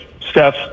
Steph